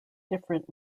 different